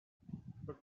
but